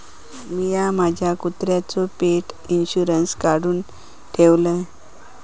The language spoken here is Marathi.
मिया माझ्या कुत्र्याचो पेट इंशुरन्स काढुन ठेवलय